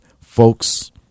folks